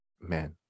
man